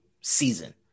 season